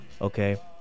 okay